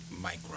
micro